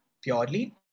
purely